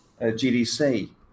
GDC